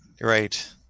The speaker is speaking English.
right